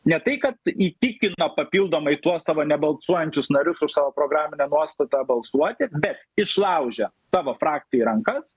ne tai kad įtikina papildomai tuos savo nebalsuojančius narius už savo programinę nuostatą balsuoti bet išlaužia tavo frakcijai rankas